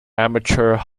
amateur